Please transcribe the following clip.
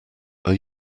are